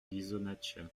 ghisonaccia